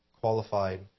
qualified